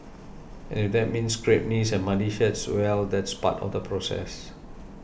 and if that means scraped knees and muddy shirts well that's part of the process